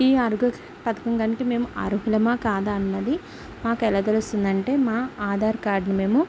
ఈ ఆరోగ్య పథకం దానికి మేము అర్హులమా కాదా అన్నది మాకు ఎలా తెలుస్తుంది అంటే మా ఆధార్ కార్డ్ని మేము